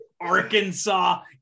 Arkansas